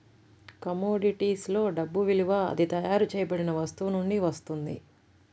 commodities లో డబ్బు విలువ అది తయారు చేయబడిన వస్తువు నుండి వస్తుంది